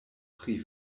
pri